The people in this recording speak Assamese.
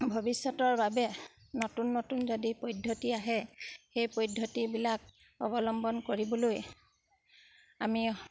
ভৱিষ্যতৰ বাবে নতুন নতুন যদি পদ্ধতি আহে সেই পদ্ধতিবিলাক অৱলম্বন কৰিবলৈ আমি